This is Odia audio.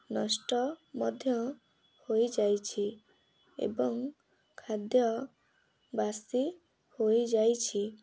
ନଷ୍ଟ ମଧ୍ୟ ହୋଇଯାଇଛି ଏବଂ ଖାଦ୍ୟ ବାସି ହୋଇଯାଇଛି